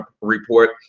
report